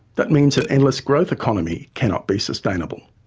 that means an endless growth economy cannot be sustainable.